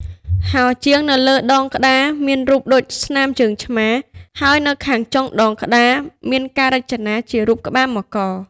ហោជាង នៅលើដងក្តារមានរូបដូចស្នាមជើងឆ្មា ហើយនៅខាងចុងដងក្តារ មានការរចនាជារូបក្បាលមករ ។